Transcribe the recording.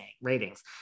ratings